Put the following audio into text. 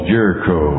Jericho